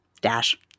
dash